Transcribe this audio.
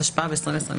התשפ"ב 2022